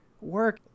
work